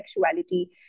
sexuality